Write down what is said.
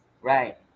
Right